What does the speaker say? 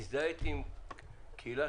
הזדהיתי עם קהילת